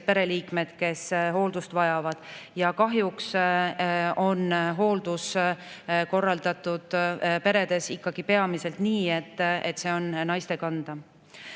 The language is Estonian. pereliikmed, kes hooldust vajavad. Kahjuks on hooldus korraldatud peredes ikkagi peamiselt nii, et see on naiste kanda.